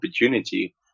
opportunity